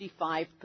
55%